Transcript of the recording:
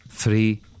Three